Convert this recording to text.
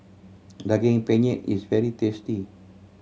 Daging Penyet is very tasty